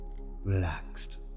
relaxed